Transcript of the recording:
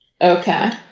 okay